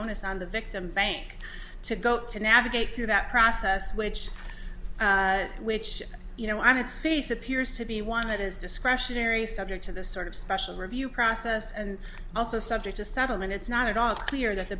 onus on the victim bank to go to navigate through that process which which you know on its face appears to be one that is discretionary subject to this sort of special review process and also subject to settlement it's not at all clear